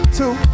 two